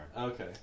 okay